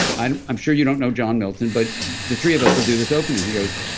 i'm i'm sure you don't know john milton, but the three of us will do this opening. he goes,